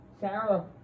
Sarah